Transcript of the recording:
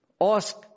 Ask